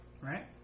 Right